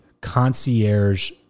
concierge